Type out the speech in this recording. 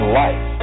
life